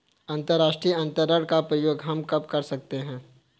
अंतर्राष्ट्रीय अंतरण का प्रयोग हम कब कर सकते हैं?